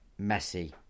Messi